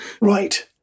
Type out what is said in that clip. Right